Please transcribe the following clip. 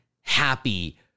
happy